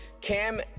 Cam